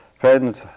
friends